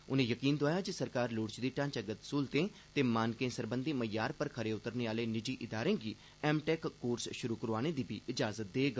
उनें यकीन दोआया जे सरकार लोड़चदी ढांचागत स्हूलतें ते मानकें सरबंधी मय्यार पर खरे उतरने आह्ले निजी इदारें गी एम टैक कोर्स करोआने दी बी इजाजत देग